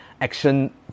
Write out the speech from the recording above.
action